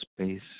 space